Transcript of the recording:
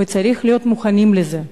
וצריך להיות מוכנים לזה.